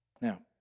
Now